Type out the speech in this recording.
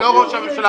קודם כל היועץ המשפטי.